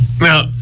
now